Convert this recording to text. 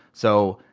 so,